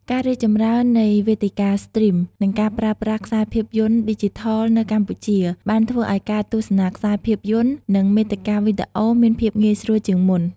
ការរីកចម្រើននៃវេទិកាស្ទ្រីម និងការប្រើប្រាស់ខ្សែភាពយន្តឌីជីថលនៅកម្ពុជាបានធ្វើឲ្យការទស្សនាខ្សែភាពយន្ត និងមាតិកាវីដេអូមានភាពងាយស្រួលជាងមុន ។